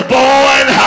born